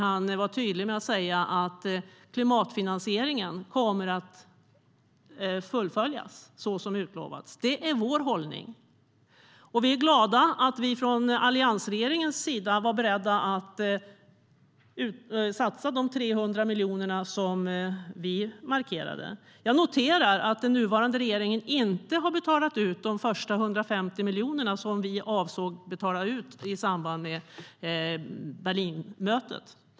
Han var tydlig med att säga att klimatfinansieringen kommer att fullföljas som utlovats. Det är vår hållning, och vi är glada över att vi från alliansregeringens sida var beredda att satsa de 300 miljoner som vi markerade. Jag noterar att den nuvarande regeringen inte har betalat ut de första 150 miljonerna, som vi avsåg att betala ut i samband med Berlinmötet.